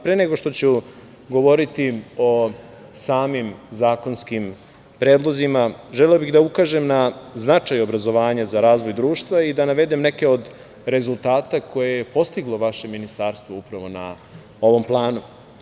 Pre nego što ću govoriti o samim zakonskim predlozima želeo bih da ukažem na značaj obrazovanja za razvoj društva i da navedem neke od rezultata koje je postiglo vaše Ministarstvo na ovom planu.